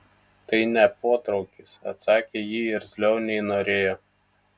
tai ne potraukis atsakė ji irzliau nei norėjo